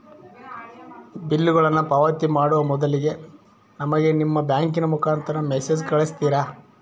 ಬಿಲ್ಲುಗಳನ್ನ ಪಾವತಿ ಮಾಡುವ ಮೊದಲಿಗೆ ನಮಗೆ ನಿಮ್ಮ ಬ್ಯಾಂಕಿನ ಮುಖಾಂತರ ಮೆಸೇಜ್ ಕಳಿಸ್ತಿರಾ?